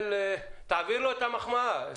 תעביר לו את המחמאה.